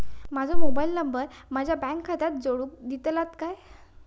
माजो mobile number माझ्या bank खात्याक जोडून दितल्यात काय?